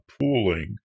pooling